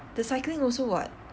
the cycling also [what]